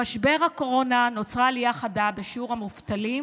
במשבר הקורונה נוצרה עלייה חדה בשיעור המובטלים